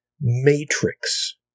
matrix